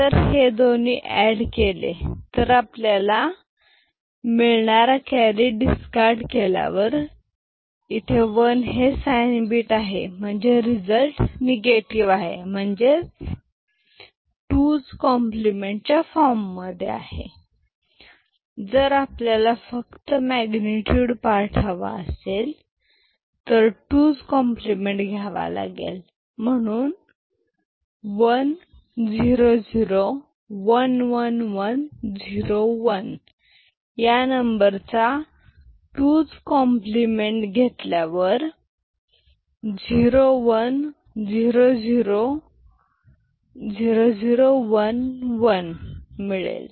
जर हे दोनी एड केले तर आपल्याला कॅरी मिळतोय तो डिस्कार्ड केल्यावर इथे वन हे साईं बीट आहे म्हणजे रिझल्ट निगेटिव्ह आहे म्हणजे 2s कॉम्प्लिमेंट फॉर्ममध्ये आहे जर आपल्याला फक्त मॅग्नेटयूड पार्ट हवा असेल तर 2s कॉम्प्लिमेंट घ्यावा लागेल म्हणून 1 0 0 1 1 1 0 1 या नंबरचा 2s कॉम्प्लिमेंट घेतल्यावर 0 1 0 0 0 0 1 1 मिळेल